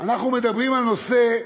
אנחנו מדברים על נושא,